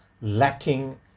lacking